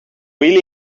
really